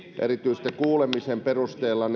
sitä kuulemisen perusteella